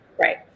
Right